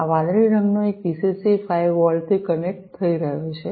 આ વાદળી રંગનો એક વીસીસી 5 વોલ્ટથી કનેક્ટ થઈ રહ્યો છે